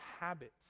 Habits